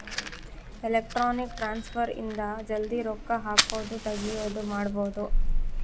electronic transfer ಇಂದ ಜಲ್ದೀ ರೊಕ್ಕ ಹಾಕೋದು ತೆಗಿಯೋದು ಮಾಡ್ಬೋದು